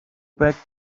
back